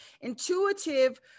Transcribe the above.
Intuitive